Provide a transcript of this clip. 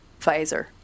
Pfizer